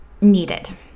needed